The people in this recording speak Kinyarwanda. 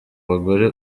bagore